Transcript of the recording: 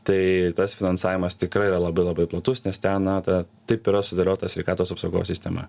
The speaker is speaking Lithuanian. tai tas finansavimas tikrai yra labai labai platus nes ten na ta taip yra sudėliota sveikatos apsaugos sistema